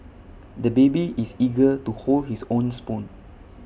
the baby is eager to hold his own spoon